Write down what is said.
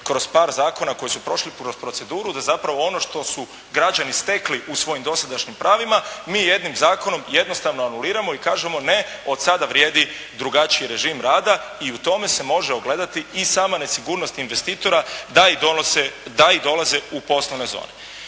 kroz par zakona koji su prošli kroz proceduru da zapravo ono što su građani stekli u svojim dosadašnjim pravima mi jednim zakonom jednostavno anuliramo i kažemo ne od sada vrijedi drugačiji režim rada i u tome se može ogledati i sama nesigurnost investitora da i dolaze u poslovne zone.